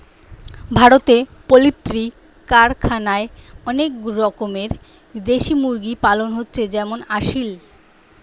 ভারতে পোল্ট্রি কারখানায় অনেক রকমের দেশি মুরগি পালন হচ্ছে যেমন আসিল